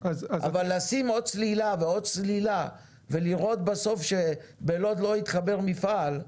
אבל לשים עוד צלילה ועוד צלילה ולראות בסוף שבלוד לא התחבר מפעל,